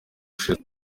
ushize